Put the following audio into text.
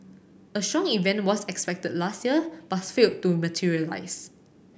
a strong event was expected last year but failed to materialise